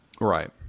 Right